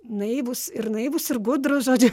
naivūs ir naivūs ir gudrūs žodžiu